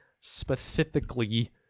specifically